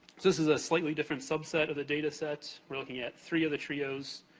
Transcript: this is a slightly different subset of the data set. we're looking at three of the trios,